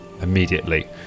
immediately